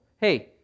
hey